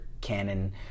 Canon